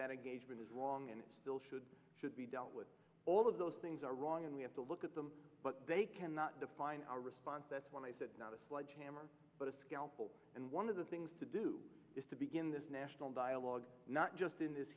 that a gauge was wrong and it still should should be dealt with all of those things are wrong and we have to look at them but they cannot define our response that's why i said not a sledgehammer but a scalpel and one of the things to do is to begin this national dialogue not just in this